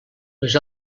les